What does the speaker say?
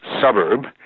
suburb